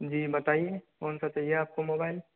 जी बताइए कौन सा चाहिए आपको मोबाईल